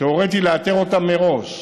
שהוריתי לאתר אותם מראש,